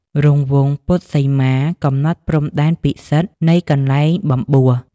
រង្វង់ពុទ្ធសីមា កំណត់ព្រំដែនពិសិដ្ឋនៃកន្លែងបំបួស។